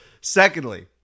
secondly